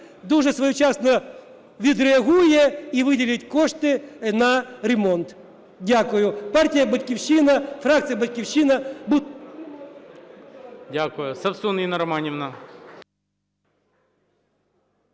дуже своєчасно відреагує і виділить кошти на ремонт. Дякую.